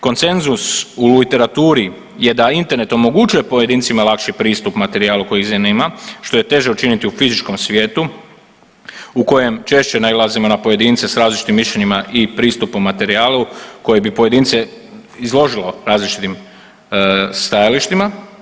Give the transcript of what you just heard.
Konsenzus u literaturi je da Internet omogućuje pojedincima lakši pristup materijalu koji ih zanima što je teže učiniti u fizičkom svijetu u kojem češće nailazimo na pojedince s različitim mišljenjima i pristupom materijalu koji bi pojedince izložilo različitim stajalištima.